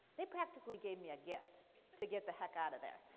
they practically gave me a gift to get the heck out of there.